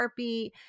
Sharpie